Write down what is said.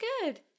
good